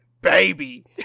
Baby